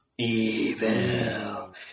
Evil